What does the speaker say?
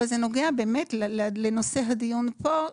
אבל זה נוגע באמת לנושא הדיון פה,